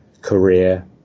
career